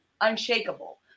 unshakable